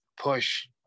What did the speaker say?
push